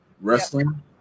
Wrestling